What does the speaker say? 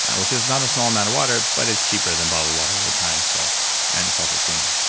which is not a small amount of water, but it's cheaper than bottled water or time, so and it's also cleaner